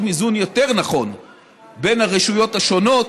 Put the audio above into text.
איזון יותר נכון בין הרשויות השונות,